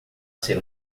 ser